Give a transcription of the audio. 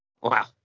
wow